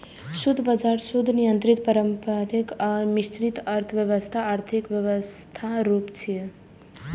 शुद्ध बाजार, शुद्ध नियंत्रित, पारंपरिक आ मिश्रित अर्थव्यवस्था आर्थिक व्यवस्थाक रूप छियै